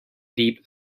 deep